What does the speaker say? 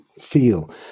feel